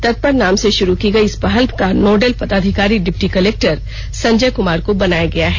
तत्पर नाम से शुरू की गई इस पहल का नोडल पदाधिकारी डिप्टी कलेक्टर संजय कुमार को बनाया गया है